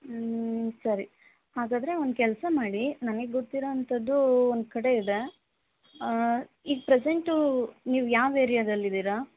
ಸರಿ ಹಾಗಾದರೆ ಒಂದು ಕೆಲಸ ಮಾಡಿ ನನಗೆ ಗೊತ್ತಿರೊ ಅಂಥದ್ದು ಒಂದು ಕಡೆ ಇದೆ ಈಗ ಪ್ರೆಸೆಂಟೂ ನೀವು ಯಾವ ಏರ್ಯಾದಲ್ಲಿದ್ದೀರಿ